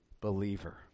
believer